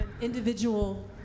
individual